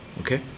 okay